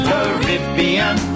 Caribbean